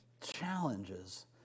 challenges